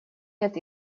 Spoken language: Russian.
лет